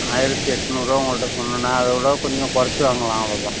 ஆயிரத்தி எட்நூறுபா உங்கள்ட்ட சொன்னேன்னா அதை விட குஞ்சம் கொறைச்சு வாங்கலாம் அவ்வளோ தான்